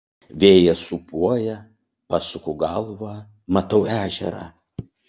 vėjas sūpuoja pasuku galvą matau ežerą